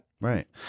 Right